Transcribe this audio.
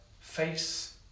Face